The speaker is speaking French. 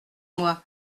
moi